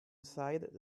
side